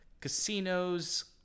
Casino's